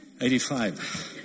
85